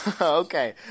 Okay